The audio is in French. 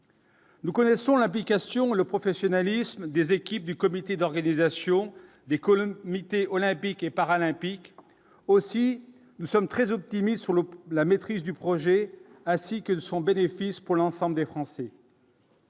Nous connaissons l'implication le professionnalisme des équipes du comité d'organisation des colonnes olympiques et paralympiques aussi nous sommes très optimistes sur le la maîtrise du projet ainsi que son bénéfice pour l'ensemble des Français.